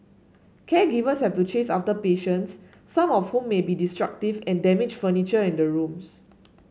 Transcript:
caregivers have to chase after patients some of whom may also be destructive and damage furniture in the rooms